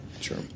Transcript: Sure